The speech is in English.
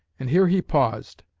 and here he paused,